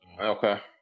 Okay